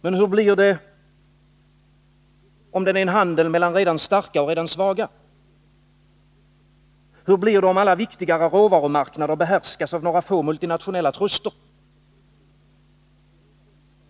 Men hur blir det, om den är en handel mellan redan starka och redan svaga? Hur blir det, om alla viktigare råvarumarknader behärskas av några få multinationella truster?